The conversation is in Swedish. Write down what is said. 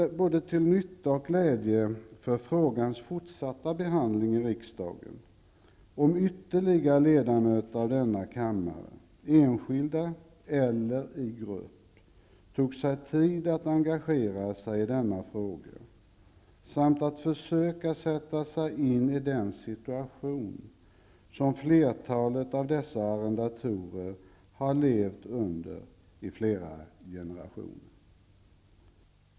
Det vore till både nytta och glädje för frågans fortsatta behandling i riksdagen om ytterligare ledamöter av denna kammare, enskilda eller i grupp, tog sig tid att engagera sig i denna fråga samt försökte sätta sig in i den situation som flertalet av dessa arrendatorer har levt under i flera generationer.